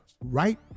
Right